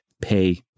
pay